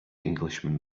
englishman